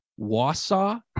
Wausau